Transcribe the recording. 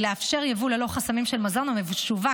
היא לאפשר יבוא ללא חסמים של מזון המשווק